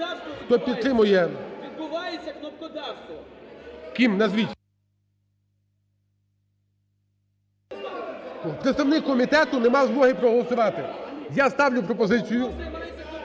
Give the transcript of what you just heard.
ГОЛОВУЮЧИЙ. Ким? Назвіть. Представник комітету не мав змоги проголосувати. Я ставлю пропозицію